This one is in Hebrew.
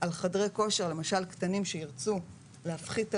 על חדרי כושר למשל קטנים שירצו להפחית עלויות,